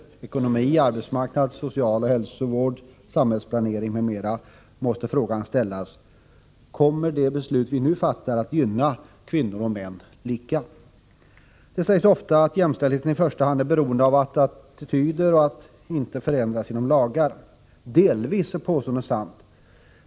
när det gäller ekonomi, arbetsmarknad, social och hälsovård, samhällsplanering — måste frågan ställas: Kommer de beslut vi nu fattar att gynna kvinnor och män lika? Det sägs ofta att jämställdheten i första hand är beroende av attityder och av att dessa inte förändras genom lagar. I viss mån är det påståendet sant.